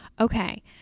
Okay